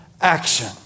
action